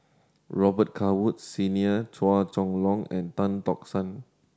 Robet Carr Woods Senior Chua Chong Long and Tan Tock San